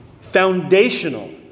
Foundational